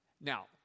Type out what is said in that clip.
Now